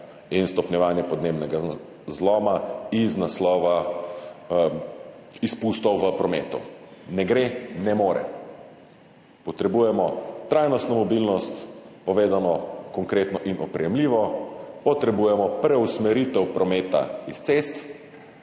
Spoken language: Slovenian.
in stopnjevanje podnebnega zloma iz naslova izpustov v prometu. Ne gre, ne more. Potrebujemo trajnostno mobilnost, povedano konkretno in oprijemljivo, potrebujemo preusmeritev prometa s cest